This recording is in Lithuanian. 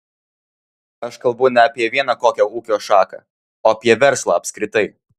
aš kalbu ne apie vieną kokią ūkio šaką o apie verslą apskritai